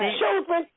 children